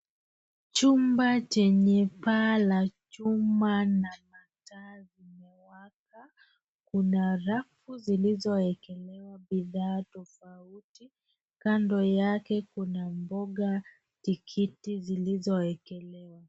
Chumba chenye paa la chuma na mataa zimewaka. Kuna rafu zilizoekelewa bidhaa tofauti, kando yake Kuna mboga tikiti zilizo ekelewa.